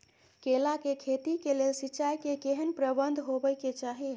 केला के खेती के लेल सिंचाई के केहेन प्रबंध होबय के चाही?